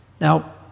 Now